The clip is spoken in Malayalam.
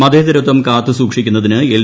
മതേതരത്വം കാത്തുസൂക്ഷിക്കുന്നതിന് എൽ